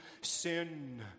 sin